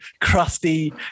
crusty